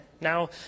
Now